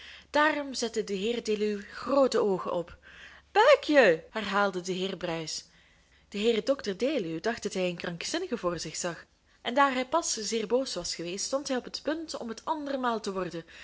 daarom zette de heer dr deluw groote oogen op buikje herhaalde de heer mr bruis de heer dr deluw dacht dat hij een krankzinnige voor zich zag en daar hij pas zeer boos was geweest stond hij op het punt om het andermaal te worden